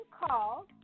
call